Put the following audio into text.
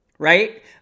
Right